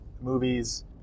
movies